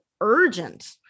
urgent